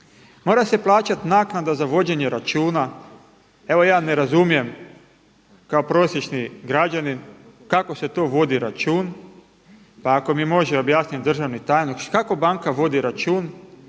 Mora se plaćati naknada za vođenje računa. Evo ja ne razumijem kao prosječni građanin kako se to vodi račun, pa ako mi može objasniti državni tajnik kako banka vodi račun,